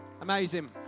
Amazing